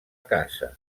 casa